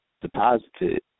deposited